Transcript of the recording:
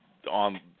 On